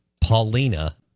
Paulina